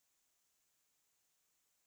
at err at err in err